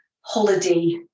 holiday